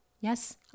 Yes